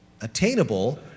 attainable